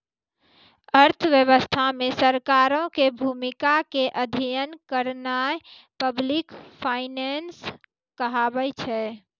अर्थव्यवस्था मे सरकारो के भूमिका के अध्ययन करनाय पब्लिक फाइनेंस कहाबै छै